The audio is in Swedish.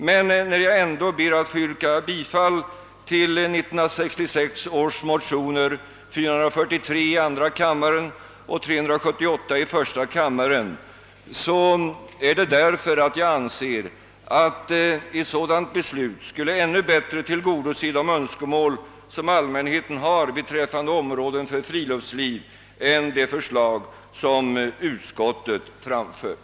Men när jag ändå ber att få yrka bifall till 1966 års motioner, 443 i andra kammaren och 378 i första kammaren, är det därför att jag anser att ett sådant beslut skulle ännu bättre tillgodose de önskemål, som allmänheten har beträffande områden för friluftsliv, än det förslag som utskottet framfört.